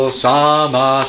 sama